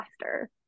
faster